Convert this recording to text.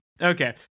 Okay